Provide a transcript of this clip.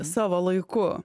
savo laiku